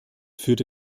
führte